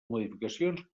modificacions